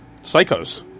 psychos